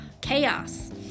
chaos